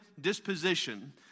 disposition